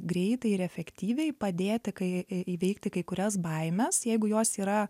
greitai ir efektyviai padėti kai įveikti kai kurias baimes jeigu jos yra